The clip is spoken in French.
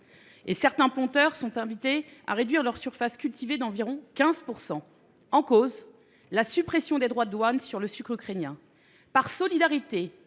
Certains planteurs sont même invités à réduire leur surface cultivée d’environ 15 %. En cause, la suppression des droits de douane sur le sucre ukrainien. Par solidarité